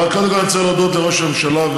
אבל קודם כול אני רוצה להודות לראש הממשלה,